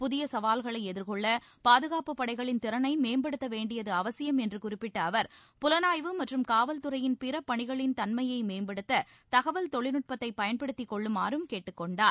புதிய சவால்களை எதிர்கொள்ள பாதுகாப்புப் படைகளின் திறனை மேம்படுத்த வேண்டியது அவசியம் என்று குறிப்பிட்ட அவர் புலனாய்வு மற்றும் காவல்துறையின் பிற பணிகளின் தன்மையை மேம்படுத்த தகவல் தொழில்நுட்பத்தை பயன்படுத்திக் கொள்ளுமாறும் கேட்டுக் கொண்டார்